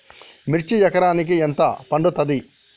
మిర్చి ఎకరానికి ఎంత పండుతది?